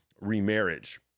remarriage